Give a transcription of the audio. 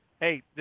hey